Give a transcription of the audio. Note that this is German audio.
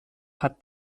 hat